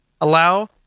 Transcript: allow